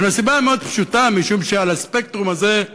מן הסיבה המאוד-פשוטה, משום שעל הספקטרום הזה,